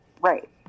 Right